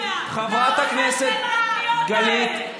חברת הכנסת גלית.